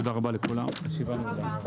תודה רבה לכולם, הישיבה נעולה.